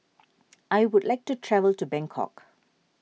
I would like to travel to Bangkok